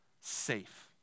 safe